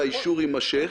והאישור יימשך.